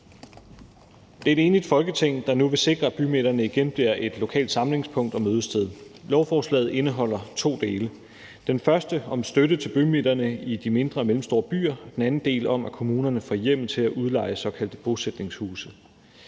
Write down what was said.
Det er et enigt Folketing, der nu vil sikre, at bymidterne igen bliver et lokalt samlingspunkt og mødested. Lovforslaget indeholder to dele. Den første del er om støtte til bymidterne i de mindre og mellemstore byer. Den anden del er om, at kommunerne får hjemmel til at udleje såkaldte bosætningshuse.